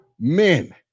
men